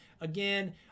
Again